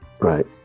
Right